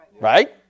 Right